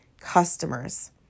customers